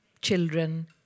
Children